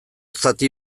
zati